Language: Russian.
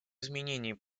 изменении